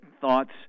thoughts